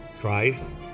Christ